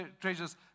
treasures